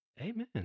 Amen